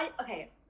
okay